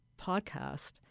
podcast